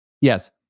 Yes